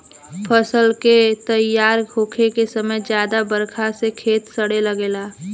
फसल के तइयार होखे के समय ज्यादा बरखा से खेत सड़े लागेला